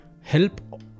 help